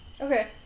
Okay